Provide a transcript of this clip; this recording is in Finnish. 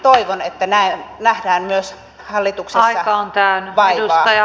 toivon että tähänkin nähdään myös hallituksessa vaivaa